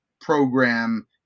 program